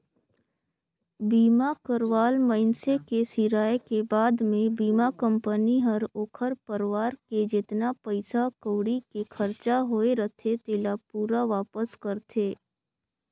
बीमा करवाल मइनसे के सिराय के बाद मे बीमा कंपनी हर ओखर परवार के जेतना पइसा कउड़ी के खरचा होये रथे तेला पूरा वापस करथे